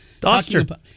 Doster